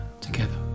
together